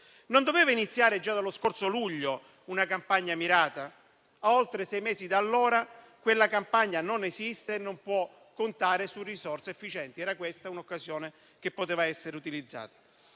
Non doveva iniziare già dallo scorso luglio una campagna mirata? A oltre sei mesi da allora, quella campagna non esiste e non può contare su risorse efficienti. Questa occasione poteva essere utilizzata,